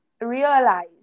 realize